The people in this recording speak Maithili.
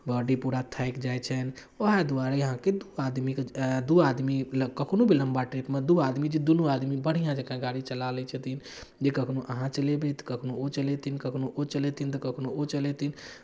बॉडी पूरा थाकि जाइ छनि उएह दुआरे अहाँके दू आदमीके दू आदमी कखनहु भी लम्बा ट्रिपमे दू आदमी जे दुनू आदमी बढ़िआँ जँका गाड़ी चला लै छथिन जे कखनहु अहाँ चलेबै तऽ कखनहु ओ चलेथिन तऽ कखनहु ओ चलेथिन तऽ कखनहु ओ चलेथिन